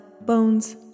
Bones